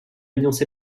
alliance